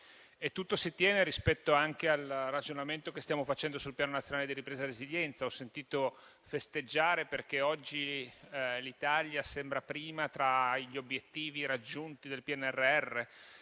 Tutto si tiene anche rispetto al ragionamento che stiamo facendo sul Piano nazionale di ripresa residenza. Ho sentito festeggiare perché oggi l'Italia sembra prima per gli obiettivi raggiunti del PNRR;